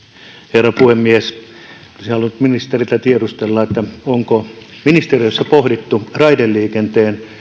herra puhemies olisin halunnut ministeriltä tiedustella onko ministeriössä pohdittu raideliikenteen